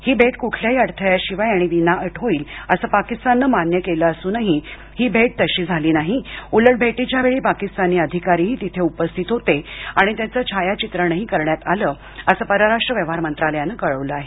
ही भेट कुठल्याही अडथळ्याशिवाय आणि विनाअट होईल असं पाकिस्ताननं मान्य केलं असूनही ही भेट तशी झाली नाही उलट भेटीच्या वेळी पाकिस्तानी अधिकारीही तिथे उपस्थित होते आणि त्याचं छायाचित्रणही करण्यात आलं असं परराष्ट्र व्यवहार मंत्रालयानं कळवलं आहे